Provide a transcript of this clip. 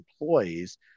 employees